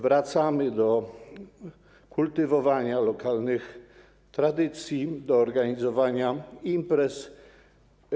Wracamy do kultywowania lokalnych tradycji, do organizowania imprez.